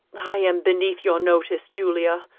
i am beneath your notice, julia,